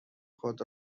خود